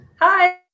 Hi